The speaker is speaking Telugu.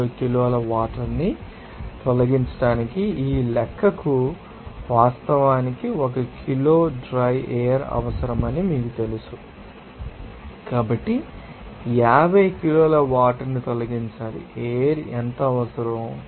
0 కిలోల వాటర్ ని తొలగించడానికి ఈ లెక్కకు వాస్తవానికి ఒక కిలో డ్రైయర్ అవసరమని మీకు తెలుసు కాబట్టి 50 కిలోల వాటర్ ని తొలగించాలి ఎయిర్ ఎంత అవసరం